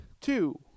two